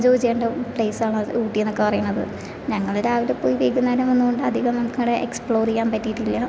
enjoy ചെയ്യേണ്ട place ആണത് ഊട്ടിയെന്നൊക്കെ പറയണത് ഞങ്ങൾ രാവിലെ പോയി വൈകുന്നേരം വന്നതുകൊണ്ട് അധികം നമുക്കവിടെ എക്സ്പ്ലോർ ചെയ്യാൻ പറ്റിയിട്ടില്ല